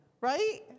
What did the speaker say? Right